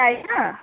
hello